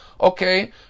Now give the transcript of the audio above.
Okay